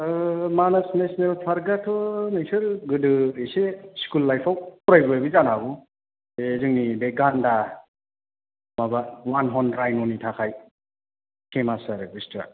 मानास national फार्कआथ' नोंसोर गोदो इसे सिखुल लाइफाव फरायबोबायबो जानो हागौ बे जोंनि बे गानदा माबा वानहर्न रायन' नि थाखाय फेमास आरो बुस्थुवा